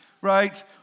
right